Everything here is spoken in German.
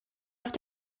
auf